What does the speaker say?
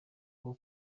bwo